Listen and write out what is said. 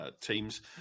Teams